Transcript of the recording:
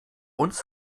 uns